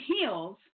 heels